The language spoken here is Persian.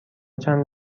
چند